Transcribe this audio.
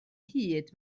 hyd